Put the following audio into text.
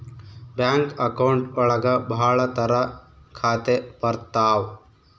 bank account ಒಳಗ ಭಾಳ ತರ ಖಾತೆ ಬರ್ತಾವ್